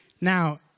now